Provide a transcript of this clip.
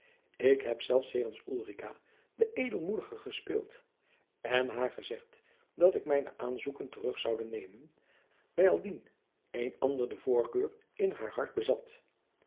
ik heb zelfs jegens ulrica de edelmoedige gespeeld en haar gejacob van lennep de pleegzoon zegd dat ik mijne aanzoeken terug zoude nemen bijaldien een ander de voorkeur in haar hart bezat